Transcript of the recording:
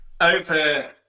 over